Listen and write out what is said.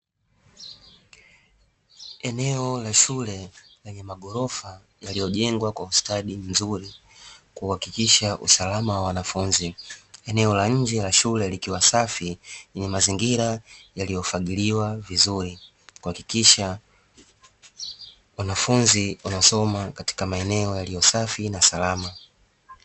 Eneo la shule lenye maghorofa yaliyojengwa kwa ustadi mzuri kuhakikisha usalama wa wanafunzi, eneo la nje la shule likiwa safi ni mazingira yaliyofagiliwa vizuri kuhakikisha wanafunzi wanasoma katika maeneo yaliyo safi na salama.